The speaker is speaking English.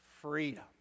freedom